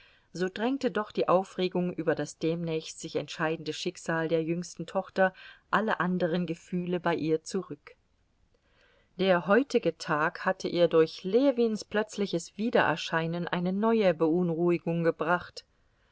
so drängte doch die aufregung über das demnächst sich entscheidende schicksal der jüngsten tochter alle anderen gefühle bei ihr zurück der heutige tag hatte ihr durch ljewins plötzliches wiedererscheinen eine neue beunruhigung gebracht